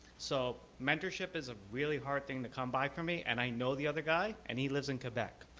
so mentorship is a really hard thing to come by for me and i know the other guy and he lives in quebec.